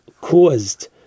caused